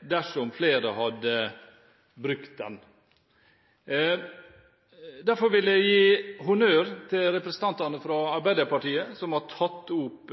dersom flere hadde brukt den. Derfor vil jeg gi honnør til representantene fra Arbeiderpartiet som har tatt opp